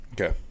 Okay